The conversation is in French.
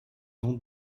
nom